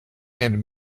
and